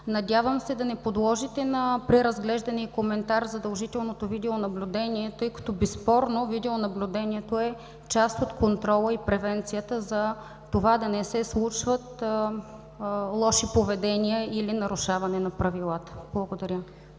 Надявам се да не подложите на преразглеждане и коментар задължителното видеонаблюдение, тъй като безспорно видеонаблюдението е част от контрола и превенцията за това да не се случват лоши поведения или нарушаване на правилата. Благодаря.